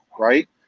right